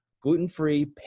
gluten-free